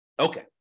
Okay